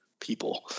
people